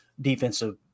defensive